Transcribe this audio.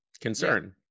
concern